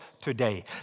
today